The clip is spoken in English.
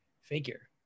figure